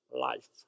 life